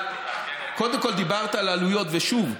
קודם כול, דיברת על עלויות, ושוב,